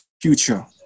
future